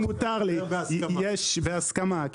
יש בהסכמה.